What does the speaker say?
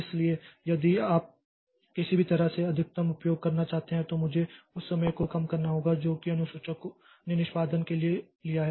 इसलिए यदि आप किसी भी तरह से अधिकतम उपयोग करना चाहते हैं तो मुझे उस समय को कम करना होगा जो इस अनुसूचक ने निष्पादन के लिए लिया है